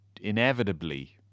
inevitably